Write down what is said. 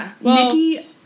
Nikki